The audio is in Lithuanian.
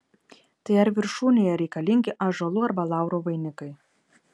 tai ar viršūnėje reikalingi ąžuolų arba laurų vainikai